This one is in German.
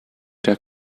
der